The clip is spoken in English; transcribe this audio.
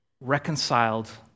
reconciled